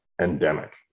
endemic